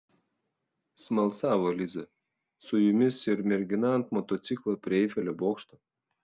smalsavo liza su jumis ir mergina ant motociklo prie eifelio bokšto